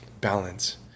Balance